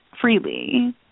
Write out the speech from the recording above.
freely